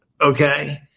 Okay